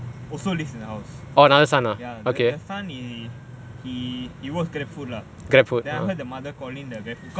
also lives in the house ya the the son is he works GrabFood lah then I heard the mother calling the GrabFood because